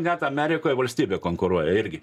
net amerikoj valstybė konkuruoja irgi